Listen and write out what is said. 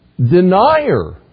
denier